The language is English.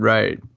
Right